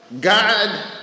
God